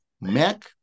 MAC